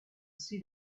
see